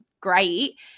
great